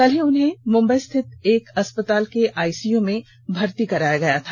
कल ही उन्हें मुंबई स्थित एक अस्पताल के आईसीयू में भर्ती कराया गया था